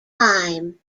time